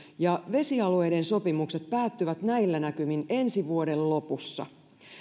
vesialueiden sopimukset päättyvät näillä näkymin ensi vuoden lopussa